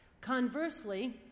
Conversely